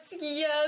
yes